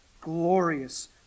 glorious